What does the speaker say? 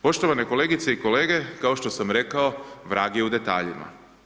Poštovane kolegice i kolege, kao što sam rekao, vrag je u detaljima.